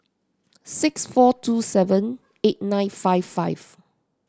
six four two seven eight nine five five